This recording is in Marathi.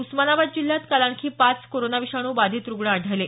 उस्मानाबाद जिल्ह्यात काल आणखी पाच कोरोना विषाणू बाधित रुग्ण आढळले